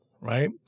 right